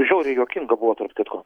žiauriai juokinga buvo tarp kitko